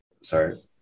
sorry